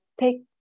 take